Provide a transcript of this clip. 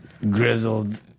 Grizzled